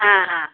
हाँ हाँ